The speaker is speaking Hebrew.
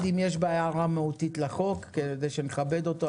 אם יש בה הערה מהותית לחוק כדי שנכבד אותו,